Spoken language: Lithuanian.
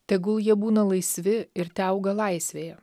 tegul jie būna laisvi ir teauga laisvėje